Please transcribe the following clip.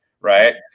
right